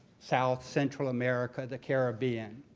south, central america, the caribbean.